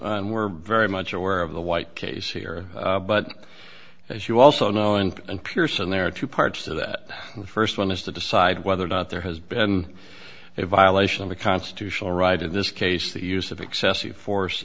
and we're very much aware of the white case here but as you also know and and pearson there are two parts to that the first one is to decide whether or not there has been a violation of the constitutional right in this case the use of excessive force